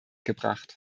gebracht